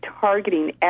targeting